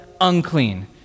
unclean